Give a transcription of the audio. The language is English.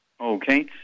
Okay